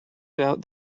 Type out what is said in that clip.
doubt